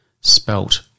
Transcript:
Spelt